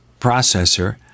processor